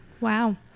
Wow